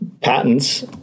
patents